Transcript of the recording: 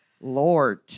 Lord